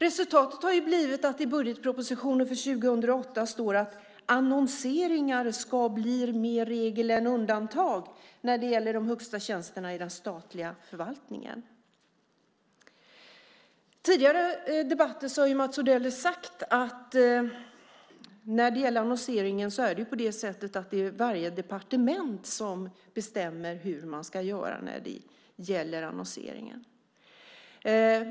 Resultatet har blivit att i budgetpropositionen för 2008 står det att annonseringar ska bli mer regel än undantag när det gäller de högsta tjänsterna i den statliga förvaltningen. I tidigare debatter har Mats Odell sagt att det är varje departement som bestämmer hur man ska göra med annonseringen.